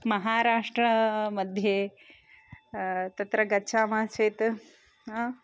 महाराष्ट्रे मध्ये तत्र गच्छामः चेत्